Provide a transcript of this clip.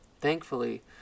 Thankfully